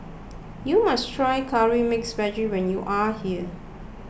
you must try Curry Mixed Vegetable when you are here